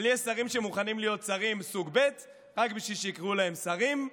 אבל יש שרים שמוכנים להיות שרים סוג ב' רק בשביל שיקראו להם שרים.